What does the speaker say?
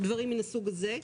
דברים מן הסוג זה.